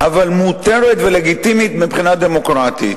אבל מותרת ולגיטימית מבחינה דמוקרטית.